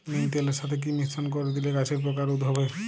নিম তেলের সাথে কি মিশ্রণ করে দিলে গাছের পোকা রোধ হবে?